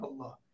Allah